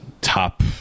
Top